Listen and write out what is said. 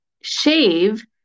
shave